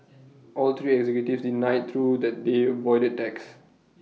all three executives denied though that they avoided tax